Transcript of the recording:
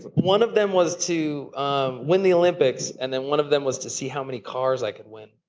but one of them was to um win the olympics, and then one of them was to see how many cars i could win.